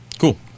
Cool